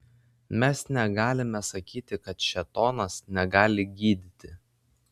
mes negalime sakyti kad šėtonas negali gydyti